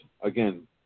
again